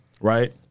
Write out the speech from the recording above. Right